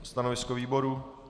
Stanovisko výboru?